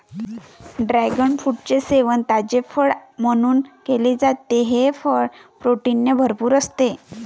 dragon फ्रूटचे सेवन ताजे फळ म्हणून केले जाते, हे फळ प्रोटीनने भरपूर असते